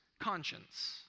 conscience